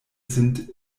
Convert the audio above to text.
sind